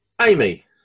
Amy